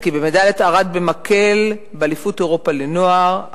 מדליית ארד במקל באליפות אירופה לנוער,